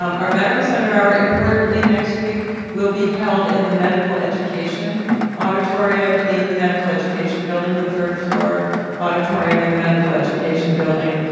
um our medical center hour importantly next week will be held in the medical education auditorium in the medical education building, the third floor auditorium in the medical education building.